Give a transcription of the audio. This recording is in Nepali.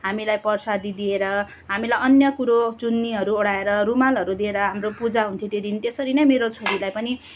हामीलाई प्रसादी दिएर हामीलाई अन्य कुरो चुन्नीहरू ओढाएर रुमालहरू दिएर हाम्रो पूजा हुन्थ्यो त्यो दिन त्यसरी नै मेरो छोरीलाई पनि